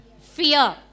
fear